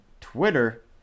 Twitter